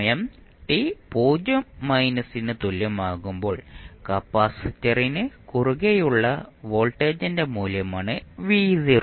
സമയം t 0 മൈനസിന് തുല്യമാകുമ്പോൾ കപ്പാസിറ്ററിന് കുറുകെയുള്ള വോൾട്ടേജിന്റെ മൂല്യമാണ് V0